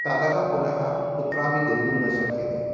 ततः पुनः कुत्रापि गन्तुं न शक्यते